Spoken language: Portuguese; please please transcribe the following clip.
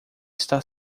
está